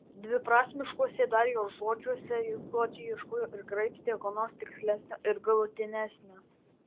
dviprasmiškuose dar jo žodžiuose jis godžiai ieškojo ir graibstė ko nors tikslesnio ir galutinesnio